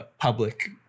public